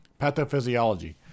Pathophysiology